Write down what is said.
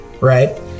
right